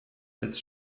als